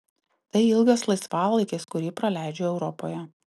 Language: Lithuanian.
tai ilgas laisvalaikis kurį praleidžiu europoje